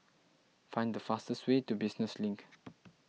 find the fastest way to Business Link